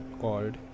called